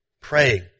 Praying